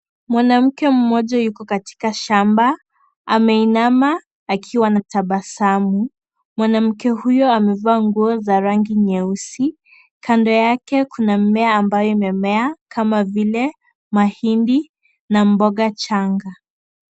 Mwanamke mmoja yuko katika shamba. Anainama akiwa anatabasamu. Mwanamke huyo amevaa nguo za rangi nyeusi. Kando yake kuna mimea ambayo imemea kama vile mahindi na mgoga changa.